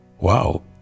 Wow